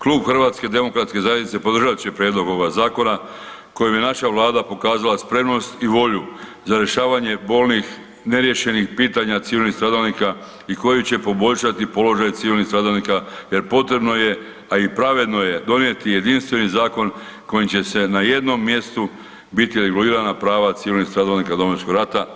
Klub Hrvatske demokratske zajednice podržat će Prijedlog ovoga zakona kojim je naša Vlada pokazala spremnost i volju za rješavanje bolnih neriješenih pitanja civilnih stradalnika i koji će poboljšati položaj civilnih stradalnika jer potrebno je a i pravedno je donijeti jedinstveni zakon kojim će se na jednom mjestu biti regulirana prava civilnih stradalnika Domovinskog rata.